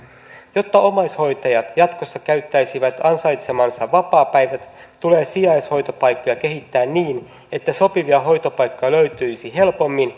jotta omaishoitajat jatkossa käyttäisivät ansaitsemansa vapaapäivät tulee sijaishoitopaikkoja kehittää niin että sopivia hoitopaikkoja löytyisi helpommin